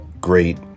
great